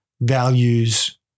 values